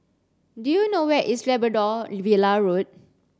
do you know where is Labrador Villa Road